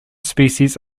species